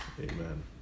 amen